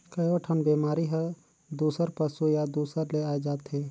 कयोठन बेमारी हर दूसर पसु या दूसर ले आये जाथे